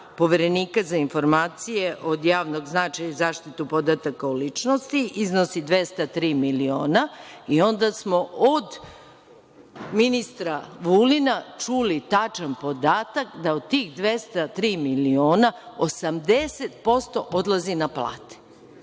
Poverenika za informacije od javnog značaja i zaštitu podataka o ličnosti iznosi 203 miliona, i onda smo od ministra Vulina čuli tačan podatak da od tih 203. miliona 80% odlazi na plate. Znači,